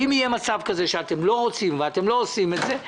אם יהיה מצב כזה שאתם לא רוצים ואתם לא עושים את זה,